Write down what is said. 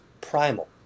primal